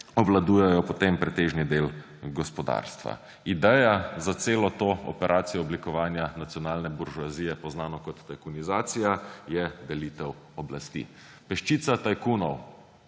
obvladujejo potem pretežni del gospodarstva. Ideja za celo to operacijo oblikovanja nacionalne buržoazije, poznano kot tajkunizacija, je delitev oblasti. Peščica tajkunov